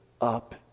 up